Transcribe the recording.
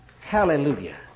hallelujah